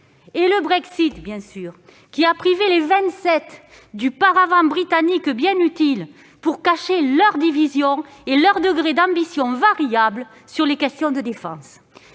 au Brexit, il a privé les Vingt-Sept du paravent britannique bien utile pour cacher leurs divisions et leurs degrés d'ambition variables sur les questions de défense.